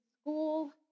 school